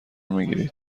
میگیرید